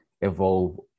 evolve